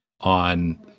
on